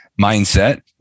mindset